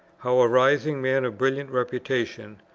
how a rising man of brilliant reputation,